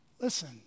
Listen